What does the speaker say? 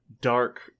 dark